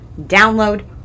download